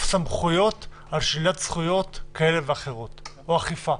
סמכויות על שלילת זכויות כאלה ואחרות או אכיפה.